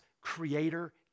creator